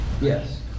Yes